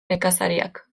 nekazariak